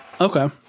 Okay